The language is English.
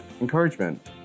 encouragement